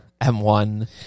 M1